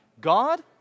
God